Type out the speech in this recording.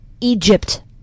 Egypt